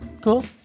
cool